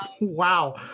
Wow